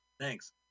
thanks